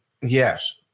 Yes